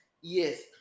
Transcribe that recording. yes